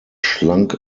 schlank